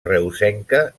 reusenca